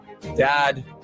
Dad